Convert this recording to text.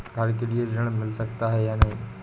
घर के लिए ऋण मिल सकता है या नहीं?